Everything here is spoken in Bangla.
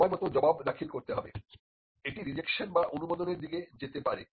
সময়মত জবাব দাখিল করতে হবে এটি রিজেকশন বা অনুমোদনের দিকে যেতে পারে